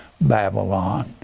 Babylon